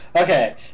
Okay